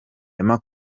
emma